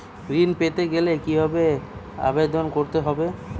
ঋণ পেতে গেলে কিভাবে আবেদন করতে হবে?